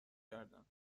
کردم